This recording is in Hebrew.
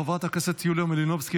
חברת הכנסת יוליה מלינובסקי,